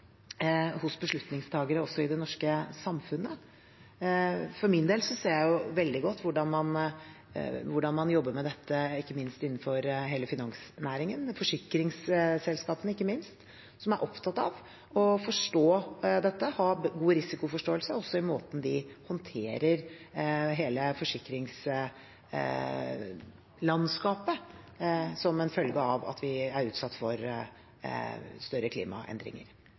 hos beslutningstakere også i det norske samfunnet. For min del ser jeg veldig godt hvordan man jobber med dette ikke minst innenfor hele finansnæringen – forsikringsselskapene, ikke minst – som er opptatt av å forstå dette, ha god risikoforståelse også i måten de håndterer hele forsikringslandskapet på, som en følge av at vi er utsatt for større klimaendringer.